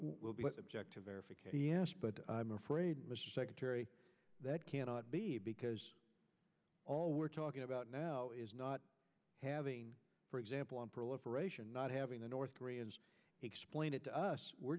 will be objective yes but i'm afraid mr secretary that cannot be because all we're talking about now is not having for example on proliferation not having the north koreans explain it to us we're